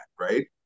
right